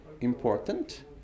important